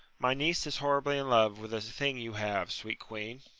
my niece is horribly in love with a thing you have, sweet queen.